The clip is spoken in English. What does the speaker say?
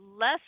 less